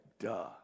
duh